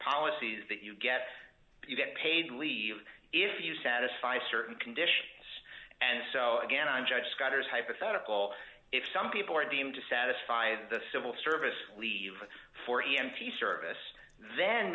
policies that you get if you get paid leave if you satisfy certain conditions and so again a judge scudder's hypothetical if some people are deemed to satisfy the civil service leave for e m t service then